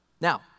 Now